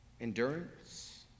endurance